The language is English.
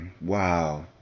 Wow